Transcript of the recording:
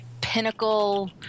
pinnacle